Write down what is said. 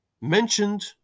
Mentioned